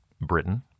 Britain